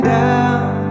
down